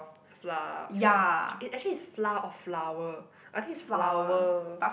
flour f~ eh actually it's flour or flower I think it's flower